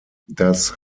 das